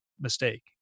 mistake